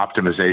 optimization